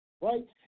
right